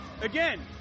again